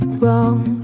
wrong